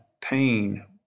pain